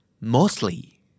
Mostly